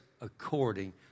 according